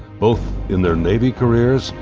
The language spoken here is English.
both in their navy careers,